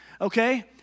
okay